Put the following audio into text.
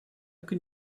can